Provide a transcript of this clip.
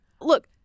Look